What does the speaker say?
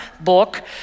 book